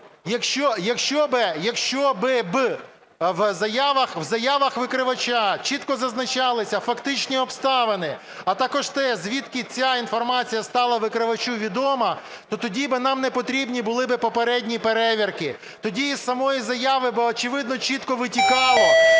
якщо би в заявах викривача чітко зазначалися фактичні обставини, а також те, звідки ця інформація стала викривачу відома, то тоді б нам не потрібні були попередні перевірки. Тоді із самої заяви очевидно чітко витікало